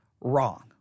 wrong